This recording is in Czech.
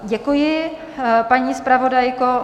Děkuji, paní zpravodajko.